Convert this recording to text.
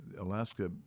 Alaska—